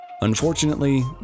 Unfortunately